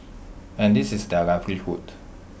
and this is their livelihood